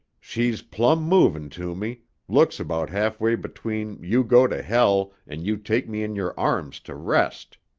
she's plumb movin' to me looks about halfway between you go to hell and you take me in your arms to rest